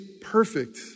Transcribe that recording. perfect